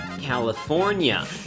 California